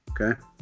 Okay